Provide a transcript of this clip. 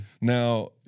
Now